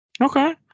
Okay